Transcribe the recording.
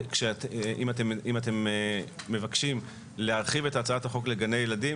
אם אתם מבקשים להרחיב את הצעת החוק לגני ילדים,